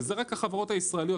שאלה רק החברות הישראליות.